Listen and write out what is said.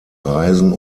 reisen